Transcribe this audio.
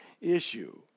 issue